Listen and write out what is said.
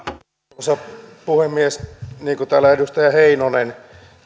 arvoisa puhemies niin kuin täällä edustaja heinonen